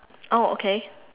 oh okay